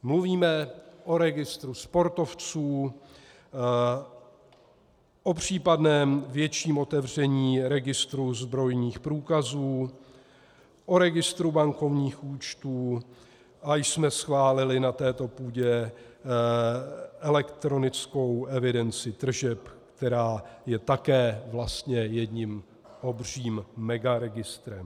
Mluvíme o registru sportovců, o případném větším otevření registru zbrojních průkazů, o registru bankovních účtů a již jsme schválili na této půdě elektronickou evidenci tržeb, která je vlastně také jedním obřím megaregistrem.